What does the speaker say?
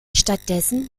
stattdessen